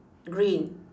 green